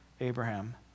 Abraham